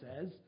says